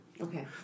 Okay